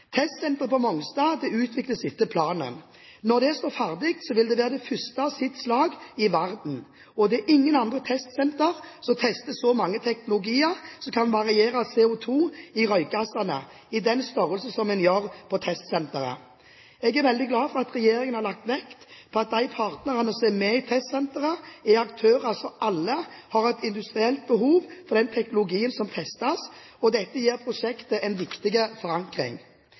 Testsenteret på Mongstad utvikles etter planen. Når det står ferdig, vil det være det første i sitt slag i verden, og det er ingen andre testsentre som tester så mange teknologier og som kan variere CO2 i røykgassene i den størrelsesorden som en gjør på testsenteret. Jeg er veldig glad for at regjeringen har lagt vekt på at de partnerne som er med i testsenteret, er aktører som alle har et industrielt behov for den teknologien som testes. Dette gir prosjektet en viktig forankring.